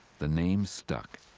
the name stuck,